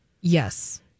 Yes